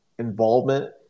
involvement